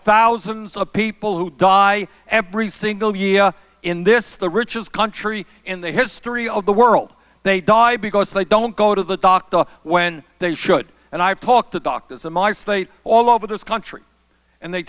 thousands of people who die every single year in this the richest country in the history of the world they die because they don't go to the doctor when they should and i've talked to doctors in my state all over this country and they